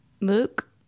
Luke